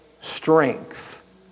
strength